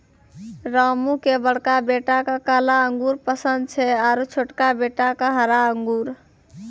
रामू के बड़का बेटा क काला अंगूर पसंद छै आरो छोटका बेटा क हरा अंगूर